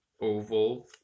oval